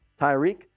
Tyreek